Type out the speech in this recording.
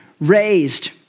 raised